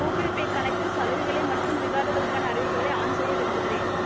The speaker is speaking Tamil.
கூகிள் பே கணக்கில் சலுகைகள் மற்றும் ரிவார்டுகளுக்கான அறிவிப்புகளை ஆன் செய்ய விரும்புகிறேன்